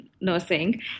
nursing